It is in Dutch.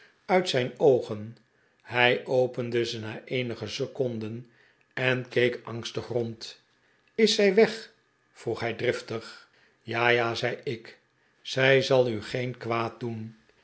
uit zijn oogen hij opende ze na eenige seconden en keek angstig rond is zij weg vroeg hij driftig ja ja zei ik zij zal u geen kwaad doen